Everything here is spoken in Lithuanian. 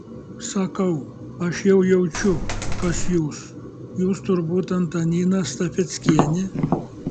sakau aš jau jaučiu kas jūs jūs turbūt antanina stafeckienė